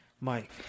Mike